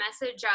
message